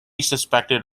suspected